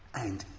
and